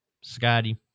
Scotty